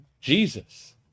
Jesus